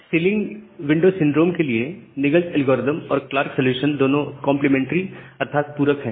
सिली window syndrome के लिए Nagle's algorithm और क्लार्क सॉल्यूशन दोनों कंप्लीमेंट्री अर्थात पूरक है